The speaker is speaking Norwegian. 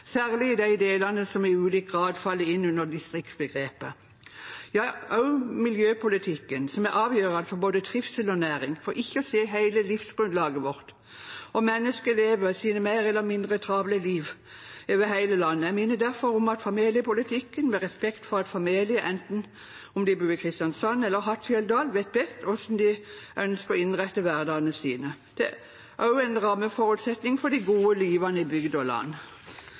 særlig i de delene som i ulik grad faller inn under distriktsbegrepet. Så også i miljøpolitikken, som er avgjørende både for trivsel og næring, for ikke å si hele livsgrunnlaget vårt. Mennesker lever sine mer eller mindre travle liv over hele landet. Jeg minner derfor om familiepolitikken, med respekt for at familier enten de bor i Kristiansand eller Hattfjelldal, vet best hvordan de ønsker å innrette hverdagen sin. Det er også en rammeforutsetning for de gode livene i by og land.